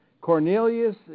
Cornelius